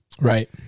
Right